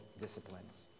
disciplines